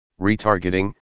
retargeting